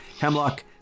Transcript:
Hemlock